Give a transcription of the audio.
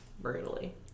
brutally